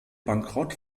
bankrott